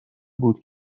بود